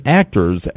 actors